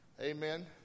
Amen